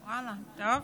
טוב.